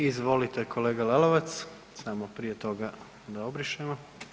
Izvolite kolega Lalovac, samo prije toga da obrišemo.